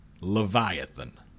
Leviathan